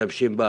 שמשתמשים בו,